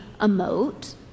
emote